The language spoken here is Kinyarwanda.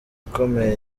ikomeye